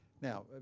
Now